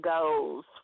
goals